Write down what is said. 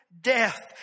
death